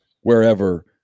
wherever